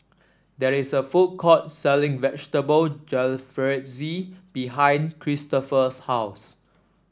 there is a food court selling Vegetable Jalfrezi behind Cristofer's house